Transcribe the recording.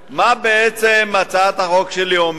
מה בעצם הצעת החוק שלי אומרת?